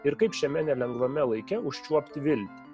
ir kaip šiame nelengvame laike užčiuopti viltį